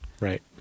Right